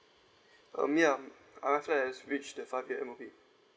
um ya mm I've reach the five year M_O_P